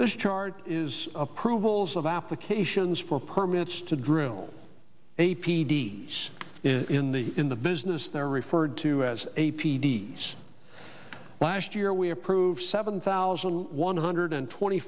this chart is approvals of applications for permits to drill a p d s in the in the business they're referred to as a p d s last year we approve seven thousand one hundred twenty